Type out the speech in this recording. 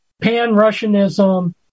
pan-Russianism